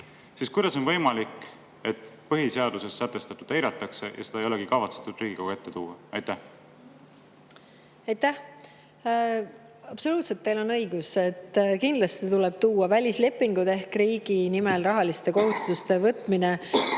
siiski võimalik, et põhiseaduses sätestatut eiratakse ja seda ei olegi kavatsetud Riigikogu ette tuua. Aitäh! Absoluutselt, teil on õigus, kindlasti tuleb välislepingud ehk riigi nimel rahaliste kohustuste võtmine